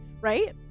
Right